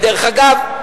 ודרך אגב,